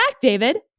David